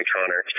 Connor